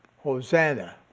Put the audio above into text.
hosanna,